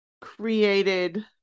created